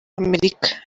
amerika